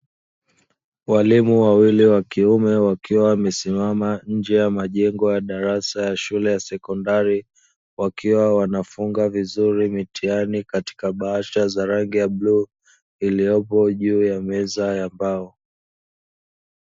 Walimu wawili wakiume wakiwa wamesimama njee ya majengo ya darasa ya shule ya sekondari, wakiwa wanafunga vizuri mitihani katika bahasha za rangi ya bluu iliyopo juu ya meza ya mbao.